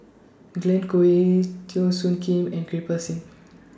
Glen Goei Teo Soon Kim and Kirpal Singh